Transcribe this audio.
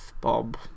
Bob